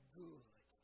good